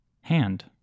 hand